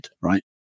right